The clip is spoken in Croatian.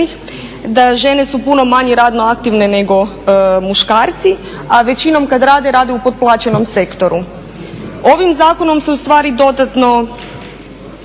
da žene su puno manje radno aktivne nego muškarci, a većinom kad rade, rade u potplaćenom sektoru. Ovim zakonom se ustvari dodatno